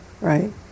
Right